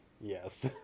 yes